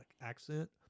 accent